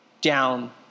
down